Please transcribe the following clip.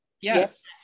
yes